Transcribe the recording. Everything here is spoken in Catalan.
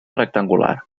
rectangular